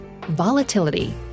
Volatility